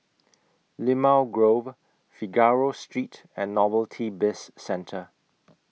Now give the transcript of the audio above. Limau Grove Figaro Street and Novelty Bizcentre